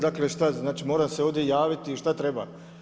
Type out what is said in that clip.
Dakle šta, znači moram se ovdje javiti i šta treba?